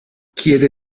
chiede